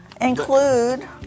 Include